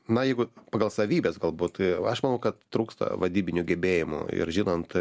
na jeigu pagal savybes galbūt tai aš manau kad trūksta vadybinių gebėjimų ir žinant